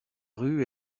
rue